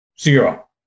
Zero